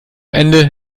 ende